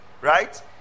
right